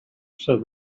said